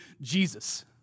Jesus